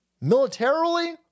militarily